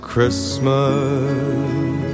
Christmas